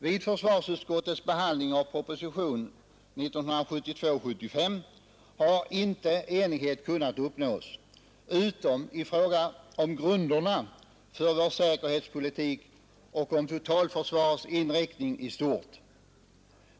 Vid försvarsutskottets behandling av propositionen 75 år 1972 har inte enighet kunnat uppnås, utom i fråga om grunderna för vår säkerhetspolitik och om totalförsvarets inriktning i stort.